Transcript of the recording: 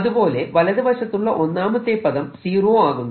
അതുപോലെ വലതുവശത്തുള്ള ഒന്നാമത്തെ പദം സീറോ ആകുന്നു